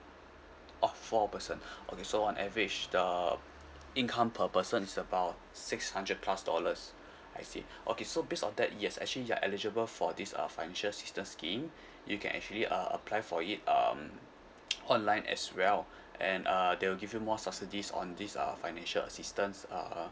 oh four person okay so on average the income per person is about six hundred plus dollars I see okay so based on that yes actually you're eligible for this uh financial assistance scheme you can actually uh apply for it um online as well and uh they will give you more subsidies on this uh financial assistance uh